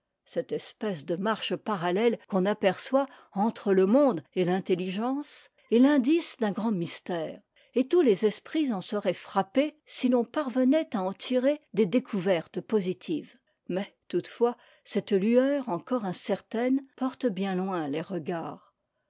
cette espèce de marche parattete qu'on aperçoit entre le monde et l'intelligence est l'indice d'un grand mystère et tous les esprits en seraient frappés si l'on parvenait à en tirer des découvertes positives mais toutefois cette lueur encore incertaine porte bien loin les regards